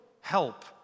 help